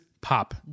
Pop